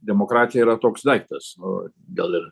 demokratija yra toks daiktas nu gal ir